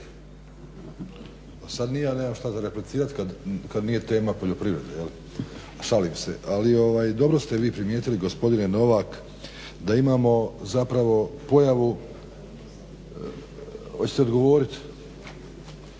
Sad ni ja nemam što za replicirati kad nije tema poljoprivrede. Šalim se. Dobro ste vi primijetili gospodine Novak da imamo zapravo pojavu, hoćete odgovoriti,